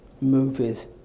movies